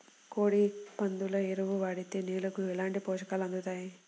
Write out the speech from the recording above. కోడి, పందుల ఎరువు వాడితే నేలకు ఎలాంటి పోషకాలు అందుతాయి